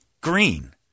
green